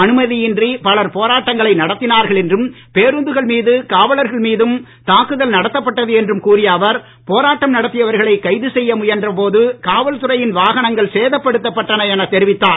அனுமதியின்றி பலர் போராட்டங்களை நடத்தினார்கள் என்றும் பேருந்துகள் மீதும் காவலர்கள் மீதும் தாக்குதல் நடத்தப்பட்டது என்று கூறிய அவர் போராட்டம் நடத்தியவர்களை கைது செய்ய முயன்ற போது காவல் துறையின் வாகனங்கள் சேதப்படுத்தப்பட்டன என தெரிவித்தார்